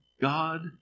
God